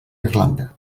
irlanda